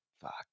Fuck